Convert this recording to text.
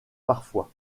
parfois